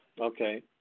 Okay